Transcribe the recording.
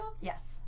Yes